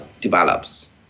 develops